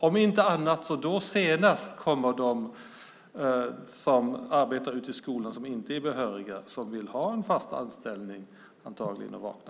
Om inte tidigare kommer då de som arbetar ute i skolorna och vill ha en fast anställning att vakna.